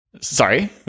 sorry